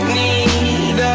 need